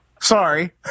Sorry